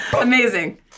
Amazing